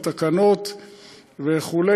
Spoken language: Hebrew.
בתקנות וכו',